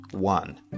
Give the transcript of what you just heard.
One